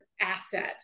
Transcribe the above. asset